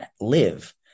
live